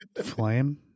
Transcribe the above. flame